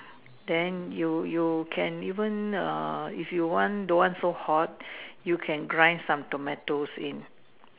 then you you can even err if you want don't want to hot you can grind some tomatoes in